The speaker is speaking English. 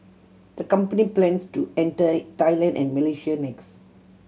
the company plans to enter Thailand and Malaysia next